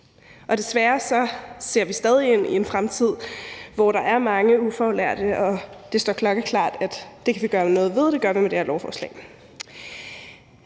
Desværre ser vi stadig ind i en fremtid, hvor der er mange ufaglærte, og det står klokkeklart, at det kan vi gøre noget ved, og det gør vi med det her lovforslag.